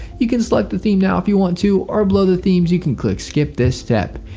you can select a theme now if you want too or below the themes you can click skip this step.